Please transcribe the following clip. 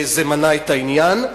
וזה מנע את העניין,